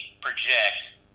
project